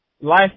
life